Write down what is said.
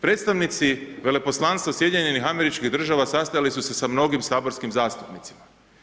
Predstavnici veleposlanstva SAD-a sastajali su se sa mnogim saborskim zastupnicima.